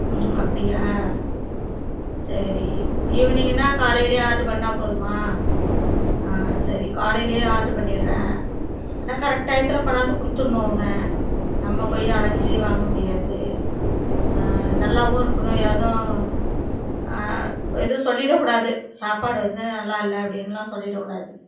ம் அப்படியா சரி ஈவினிங்குன்னா காலையில் ஆர்ட்ரு பண்ணால் போதுமா ஆ சரி காலையில் ஆர்ட்ரு பண்ணிடுறேன் ஆனால் கரெக்ட் டையத்துல கொண்டாந்து கொடுத்துட்ணும் அவங்க நம்ம போய் அலைஞ்சி வாங்க முடியாது நல்லாவும் இருக்கணும் ஏதும் எதுவும் சொல்லிவிடக்கூடாது சாப்பாடு வந்து நல்லாயில்லை அப்படின்லாம் சொல்லிடக்கூடாது